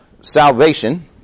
salvation